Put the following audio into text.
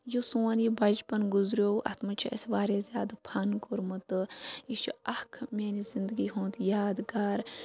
یُس سون یہِ بَچپَن گُزریو اتھ مَنٛز چھُ اَسہِ واریاہ زیادٕ فَن کوٛرمُت تہٕ یہِ چھُ اَکھ میانہِ زندگی ہُند یادگار